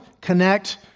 connect